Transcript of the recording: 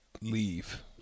leave